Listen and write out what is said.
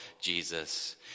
Jesus